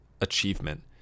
achievement